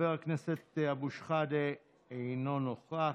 חבר הכנסת אבו שחאדה, אינו נוכח.